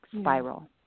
spiral